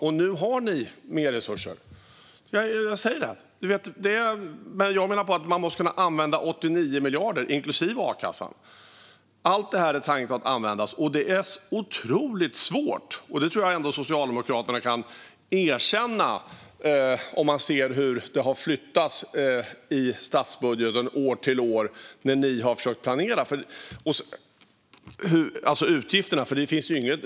Och nu har ni mer resurser. Jag säger det. Men jag menar att man måste kunna använda 89 miljarder, inklusive a-kassan. Allt det är tänkt att användas. Detta är otroligt svårt, och det tror jag ändå att Socialdemokraterna kan erkänna. Man ser hur detta har flyttats i statsbudgeten från år till år när ni har försökt planera. Det gäller alltså utgifterna.